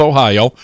Ohio